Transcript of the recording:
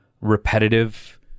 repetitive